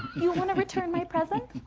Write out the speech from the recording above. you want to return my present.